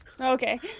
Okay